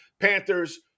Panthers